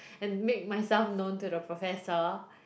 and make myself known to the professor